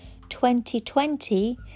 2020